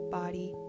body